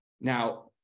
now